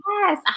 Yes